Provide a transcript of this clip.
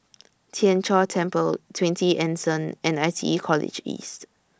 Tien Chor Temple twenty Anson and I T E College East